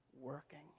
working